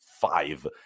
five